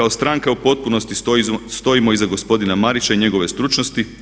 Kao stranka u potpunosti stojimo iza gospodina Marića i njegove stručnosti.